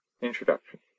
Introduction